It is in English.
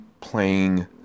playing